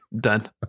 Done